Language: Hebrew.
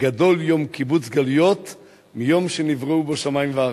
גדול יום קיבוץ גלויות מיום שנבראו בו שמים וארץ.